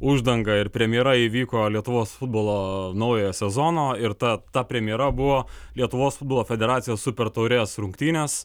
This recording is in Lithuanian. uždanga ir premjera įvyko lietuvos futbolo naujojo sezono ir tad ta premjera buvo lietuvos futbolo federacijos super taurės rungtynes